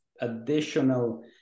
additional